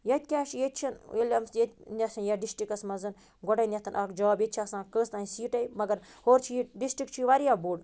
ییٚتہِ کیٛاہ چھِ ییٚتہِ چھِنہٕ یَتھ ڈِسٹرکَس منٛز گۄڈٕنٮ۪تھ اَکھ جاب ییٚتہِ چھِ آسان کٔژتٲنۍ سیٖٹٕے مگر ہوٚرٕ چھِ یہِ ڈِسٹرک چھِ واریاہ بوٚڈ